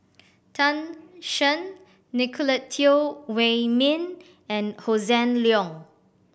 Tan Shen Nicolette Teo Wei Min and Hossan Leong